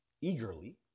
eagerly